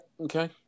Okay